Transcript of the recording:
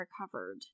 recovered